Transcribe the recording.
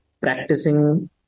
practicing